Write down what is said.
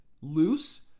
loose